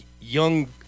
young